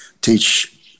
teach